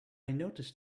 noticed